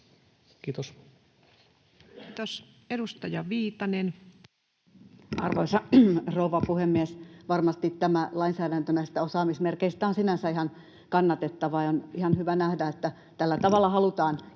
Kiitos. Kiitos. — Edustaja Viitanen. Arvoisa rouva puhemies! Varmasti tämä lainsäädäntö näistä osaamismerkeistä on sinänsä ihan kannatettava. On ihan hyvä nähdä, että tällä tavalla halutaan